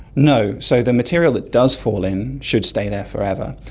no. so the material that does fall in should stay there forever.